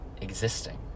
existing